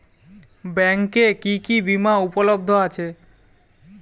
ব্যাংকে কি কি বিমা উপলব্ধ আছে?